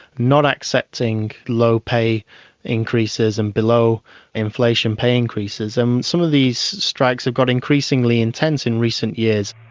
not accepting low pay increases and below inflation pay increases, and some of these strikes have got increasingly intense in recent years.